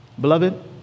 Beloved